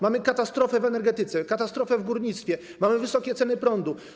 Mamy katastrofę w energetyce, katastrofę w górnictwie, mamy wysokie ceny prądu.